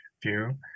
View